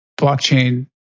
blockchain